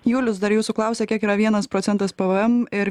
julius dar jūsų klausia kiek yra vienas procentas pvm ir